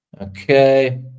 Okay